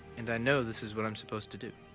and i know this is what i'm supposed to do.